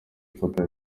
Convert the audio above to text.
ifoto